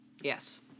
Yes